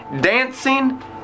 dancing